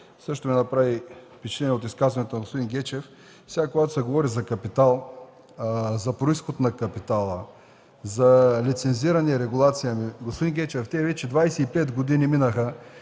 Сега, когато се говори за капитал, за произход на капитала, за лицензирана регулация – господин Гечев, вече минаха